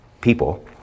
people